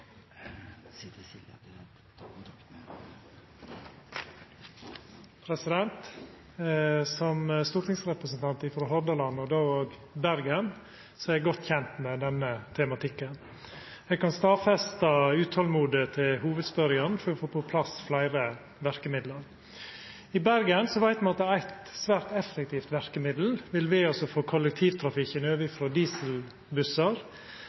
Hordaland og Bergen er eg godt kjent med denne tematikken. Eg kan stadfesta utolmodet til hovudspørjaren for å få på plass fleire verkemiddel. I Bergen veit me at eit svært effektivt verkemiddel vil vera å få kollektivtrafikken over